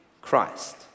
Christ